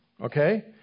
Okay